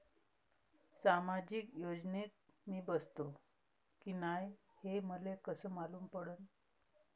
सामाजिक योजनेत मी बसतो की नाय हे मले कस मालूम पडन?